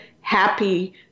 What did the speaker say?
happy